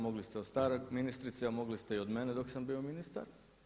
Mogli ste od stare ministrice, a mogli ste i od mene dok sam bio ministar.